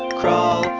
crawl,